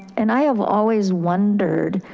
and i have always wondered,